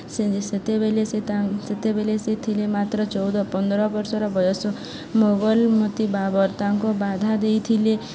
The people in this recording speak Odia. ସେ ସେତେବେଳେ ସେ ସେତେବେଳେ ସେ ଥିଲେ ମାତ୍ର ଚଉଦ ପନ୍ଦର ବର୍ଷର ବୟସ ମୋଗଲମତି ବାବର ତାଙ୍କ ବାଧା ଦେଇଥିଲେ